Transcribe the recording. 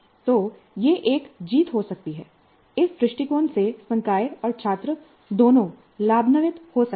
तो यह एक जीत हो सकती है इस दृष्टिकोण से संकाय और छात्र दोनों लाभान्वित हो सकते हैं